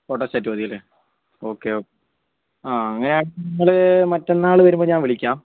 photostat മതിയല്ലേ okay ഓ ആ അങ്ങനെയാണെങ്കിൽ ഞങ്ങൾ മറ്റന്നാൾ വരുമ്പോൾ ഞാൻ വിളിക്കാം